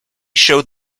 showed